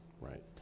right